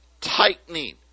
tightening